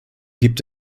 gibt